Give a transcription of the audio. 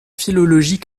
philologie